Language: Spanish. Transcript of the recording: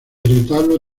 retablo